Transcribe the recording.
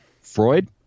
Freud